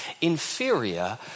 inferior